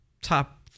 top